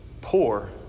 poor